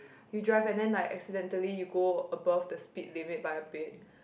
you drive and then like accidentally you go above the speed limit by a bit